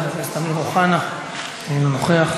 חבר הכנסת אמיר אוחנה, אינו נוכח.